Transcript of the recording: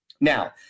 Now